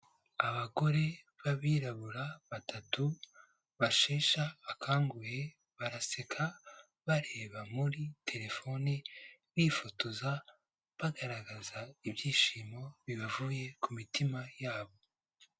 Abagore b'abirabura batatu, basheshe akanguhe, baraseka, bareba muri telefoni, bifotoza, bagaragaza ibyishimo bibavuye ku mitima yabo.